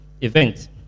event